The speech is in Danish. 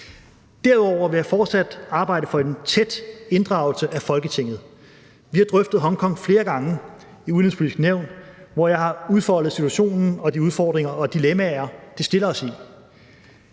Derudover vil jeg fortsat arbejde for en tæt inddragelse af Folketinget. Vi har drøftet Hongkong flere gange i Det Udenrigspolitiske Nævn, hvor jeg har udfoldet situationen og de udfordringer og dilemmaer, den stiller os i.